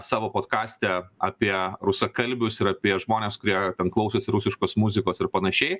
savo podkaste apie rusakalbius ir apie žmones kurie klausosi rusiškos muzikos ir panašiai